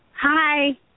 Hi